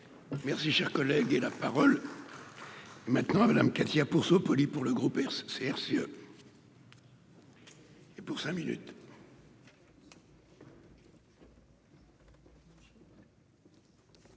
Merci, cher collègue, et la parole maintenant à Madame Katia pour se polie pour le groupe CRCE. Et pour cinq minutes.